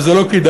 וזה לא כדאי,